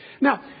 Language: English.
now